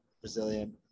Brazilian